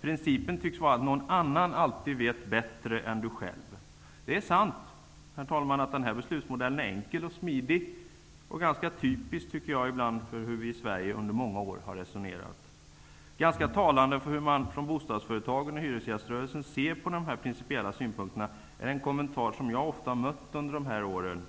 Principen tycks vara att någon annan alltid vet bättre än man själv. Herr talman! Det är sant att den här beslutsmodellen är enkel och smidig. Den är ganska typisk för hur vi i Sverige under många år har resonerat. Ganska talande för hur man från bostadsföretagen och hyresgäströrelsen ser på de här principiella synpunkterna är den kommentar som jag ofta har mött under de här åren: